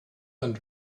and